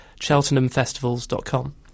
CheltenhamFestivals.com